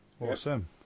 Awesome